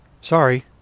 sorry